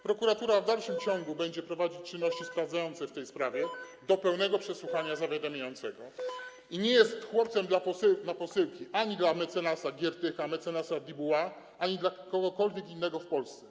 Prokuratura w dalszym ciągu będzie prowadzić czynności sprawdzające w tej sprawie do pełnego przesłuchania zawiadamiającego i nie jest chłopcem na posyłki ani dla mecenasa Giertycha, ani dla mecenasa Dubois, ani dla kogokolwiek innego w Polsce.